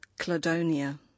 Cladonia